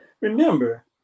Remember